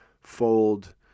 fold